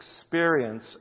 experience